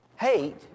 Hate